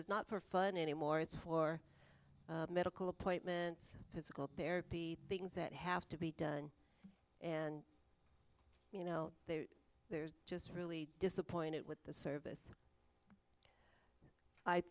is not for fun anymore it's for medical appointments physical therapy things that have to be done and you know they they're just really disappointed with the service i